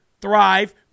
thrive